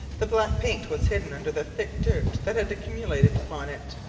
the black paint was hidden under the thick dirt that had accumulated upon it.